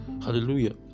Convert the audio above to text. Hallelujah